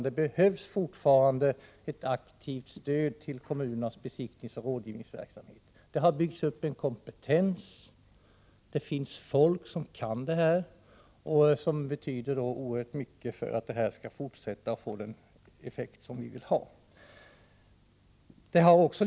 Det behövs fortfarande ett aktivt stöd till kommunernas besiktningsoch rådgivningsverksamhet. Det har byggts upp en kompetens, det finns folk som kan detta och det betyder mycket för att verksamheten skall få den effekt vi vill att den skall ha.